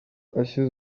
ashyize